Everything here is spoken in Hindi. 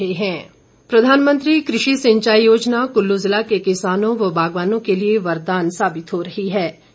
कृषि सिंचाई योजना प्रधानमंत्री कृषि सिंचाई योजना कुल्लू जिला के किसानों व बागवानों के लिए वरदान साबित हो रही हे